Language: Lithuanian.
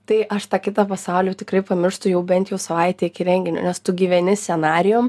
tai aš tą kitą pasaulį jau tikrai pamirštu jau bent jau savaitę iki renginio nes tu gyveni scenarijum